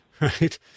right